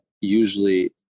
usually